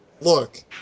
Look